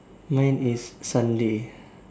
mine is Sunday